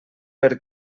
per